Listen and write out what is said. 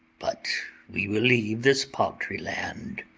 but we will leave this paltry land,